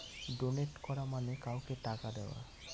donate করা মানে কাউকে টাকা দেওয়া